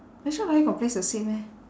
national library got place to sit meh